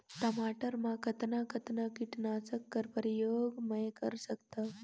टमाटर म कतना कतना कीटनाशक कर प्रयोग मै कर सकथव?